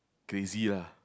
crazy lah